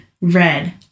red